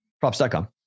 Props.com